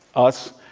us,